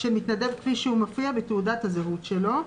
כפי שהוא מופיע בתעודת הזהות שלו,